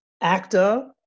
actor